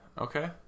okay